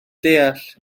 deall